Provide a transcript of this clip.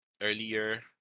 earlier